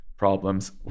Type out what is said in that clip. problems